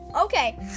Okay